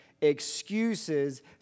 excuses